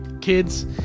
kids